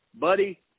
buddy